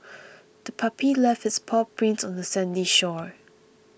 the puppy left its paw prints on the sandy shore